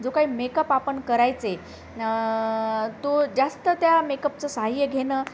जो काही मेकअप आपण करायचे न तो जास्त त्या मेकअपचं साह्य घेणं